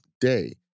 day